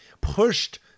pushed